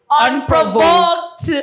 unprovoked